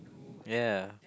ya